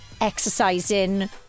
exercising